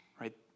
right